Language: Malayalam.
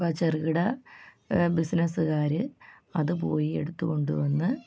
അപ്പം ചെറുകിട ബിസിനസ്സുകാർ അത് പോയി എടുത്ത് കൊണ്ട് വന്ന്